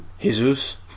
Jesus